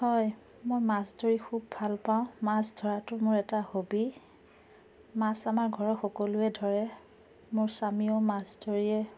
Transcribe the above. হয় মই মাছ ধৰি খুব ভাল পাওঁ মাছ ধৰাটো মোৰ এটা হ'বী মাছ আমাৰ ঘৰৰ সকলোৱে ধৰে মোৰ স্বামীয়েও মাছ ধৰিয়েই